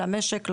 למשק,